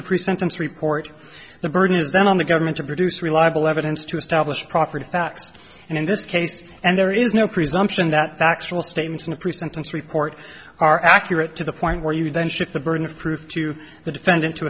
the pre sentence report the burden is then on the government to produce reliable evidence to establish proffered facts and in this case and there is no presumption that factual statements in the pre sentence report are accurate to the point where you then shift the burden of proof to the defendant to